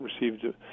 received